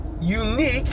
unique